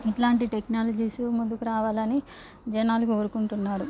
ఇట్లాంటి టెక్నాలజీస్ ముందుకు రావాలని జనాలు కోరుకుంటున్నారు